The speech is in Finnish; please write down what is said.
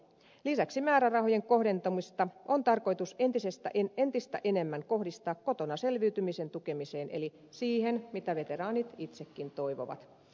lisäksi määrärahoja on tarkoitus entistä enemmän kohdistaa kotona selviytymisen tukemiseen eli siihen mitä veteraanit itsekin toivovat